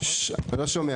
אני לא שומע.